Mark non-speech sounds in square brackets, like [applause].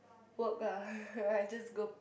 work ah [laughs] I just go